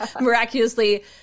miraculously